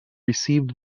received